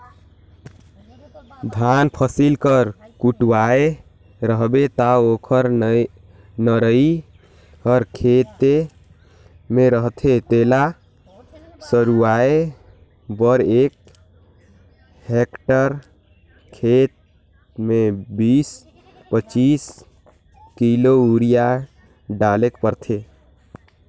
धान फसिल ल कटुवाए रहबे ता ओकर नरई हर खेते में रहथे तेला सरूवाए बर एक हेक्टेयर खेत में बीस पचीस किलो यूरिया डालेक परथे